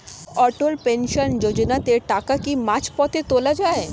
অটল pension যোজনাতে টাকা কি মাঝপথে তোলা যায়?